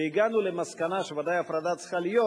והגענו למסקנה שהפרדה ודאי צריכה להיות,